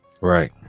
right